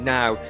now